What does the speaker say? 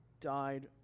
died